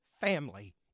family